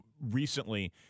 recently